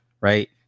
Right